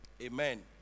Amen